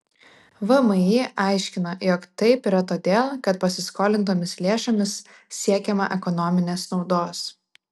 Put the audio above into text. vmi aiškina jog taip yra todėl kad pasiskolintomis lėšomis siekiama ekonominės naudos